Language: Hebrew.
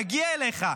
נגיע אליך,